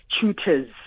tutors